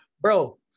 Bro